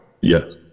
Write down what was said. Yes